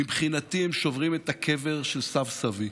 מבחינתי הם שוברים את הקבר של סב-סבי,